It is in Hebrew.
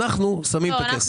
אנחנו שמים את הכסף.